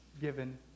given